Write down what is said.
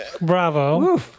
Bravo